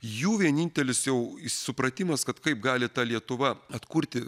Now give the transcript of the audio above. jų vienintelis jau supratimas kad kaip gali ta lietuva atkurti